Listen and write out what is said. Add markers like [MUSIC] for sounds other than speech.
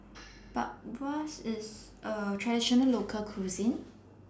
[NOISE] Bratwurst IS A Traditional Local Cuisine